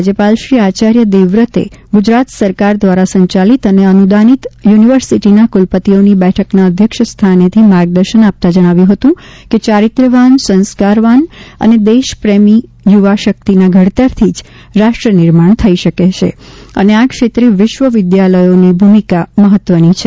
રાજયપાલશ્રી આચાર્ય દેવવ્રતે ગુજરાત સરકાર દ્વારા સંચાલિત અને અનુદાનિત યુનિવર્સીટીના કુલપતિઓની બેઠકના અધ્યક્ષ સ્થાનેથી માર્ગદર્શન આપતા જણાવ્યું હતું કે ચારિત્ર્યવાન સંસ્કારવાન અને દેશપ્રેમી યુવાશકિતના ઘડતરથી જ રાષ્ટ્રનિર્માણ થઈ શકે અને આ ક્ષેત્રે વિશ્વ વિદ્યાલયોની ભૂમિકા મહત્વની છે